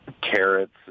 carrots